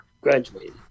graduated